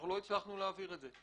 אנחנו לא הצלחנו להעביר את זה,